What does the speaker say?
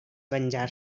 venjar